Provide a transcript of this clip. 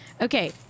Okay